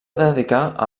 dedicar